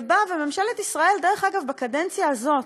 ובאה, וממשלת ישראל, דרך אגב בקדנציה הזאת,